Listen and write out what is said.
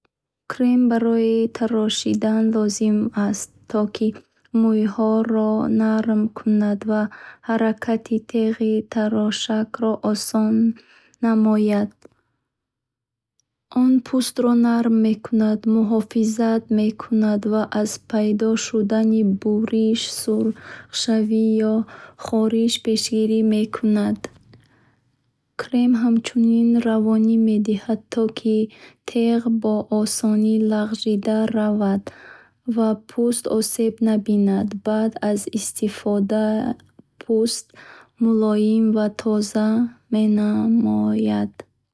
Крем барои тарошидан лозим аст то ки мӯйҳоро нарм кунад ва ҳаракати теғи тарошакро осон намояд. Он пӯстро нам мекунад муҳофизат мекунад ва аз пайдо шудани буриш сурхшавӣ ё хориш пешгирӣ мекунад. Крем ҳамчунин равонӣ медиҳад то ки теғ ба осонӣ лағжида равад ва пӯст осеб набинад Баъд аз истифода пӯст мулоим ва тоза мемонад.